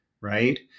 right